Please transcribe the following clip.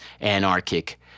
anarchic